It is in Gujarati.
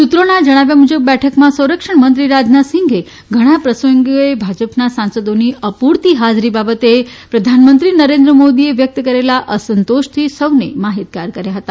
સૂત્રોના જણાવ્યા મુજબ બેઠકમાં સંરક્ષણ મંત્રી રાજનાથસિંઘે ઘણા પ્રસંગોએ ભાજપના સાંસદોની અપૂરતી હાજરી બાબતે પ્રધાનમંત્રી નરેન્દ્ર મોદીએ વ્યક્ત કરેલા અસંતોષથી સૌને માહિતગાર કર્યા હતા